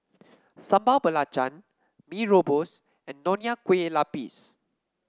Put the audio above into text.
Sambal Belacan Mee Rebus and Nonya Kueh Lapis